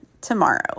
tomorrow